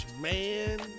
man